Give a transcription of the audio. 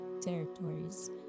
territories